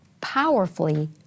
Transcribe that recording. powerfully